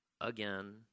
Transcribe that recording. again